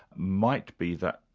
might be that,